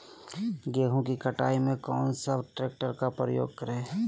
गेंहू की कटाई में कौन सा ट्रैक्टर का प्रयोग करें?